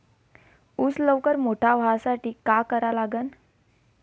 ऊस लवकर मोठा व्हासाठी का करा लागन?